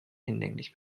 hinlänglich